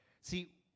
See